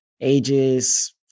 ages